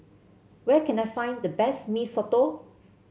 where can I find the best Mee Soto